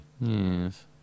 Yes